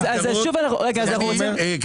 מכם, תגדירו מהו זניח, מהו זוטות.